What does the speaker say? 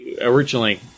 originally